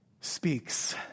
speaks